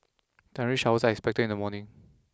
showers are expected in the morning